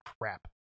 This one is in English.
crap